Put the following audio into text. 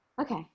okay